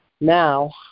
now